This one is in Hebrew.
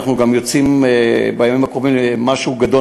אנחנו גם יוצאים בימים הקרובים במשהו גדול